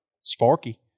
Sparky